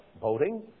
voting